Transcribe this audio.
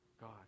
God